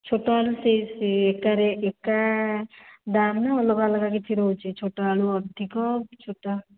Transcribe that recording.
ଛୋଟ ଆଳୁ ସେଇ ସେଇ ଏକା ଏକା ଦାମ୍ ନା ଅଲଗା ଅଲଗା କିଛି ରହୁଛି ଛୋଟ ଆଳୁ ଅଧିକ ଛୋଟ